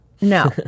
No